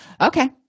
Okay